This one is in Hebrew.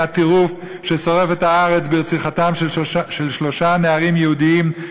הטירוף שסובב את הארץ ברציחתם של שלושה נערים יהודים,